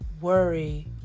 worry